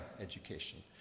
education